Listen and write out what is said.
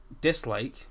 dislike